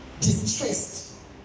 distressed